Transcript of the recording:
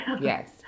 Yes